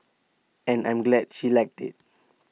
and I'm glad she liked IT